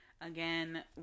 Again